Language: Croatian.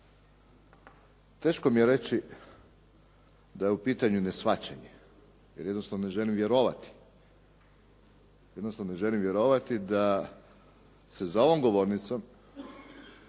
Teško mi je reći da je u pitanju neshvaćanje jer jednostavno ne želim vjerovati, jednostavno